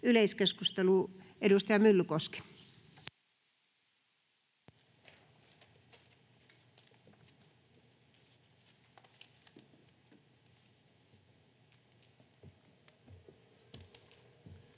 Yleiskeskustelu, edustaja Myllykoski.